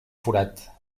forat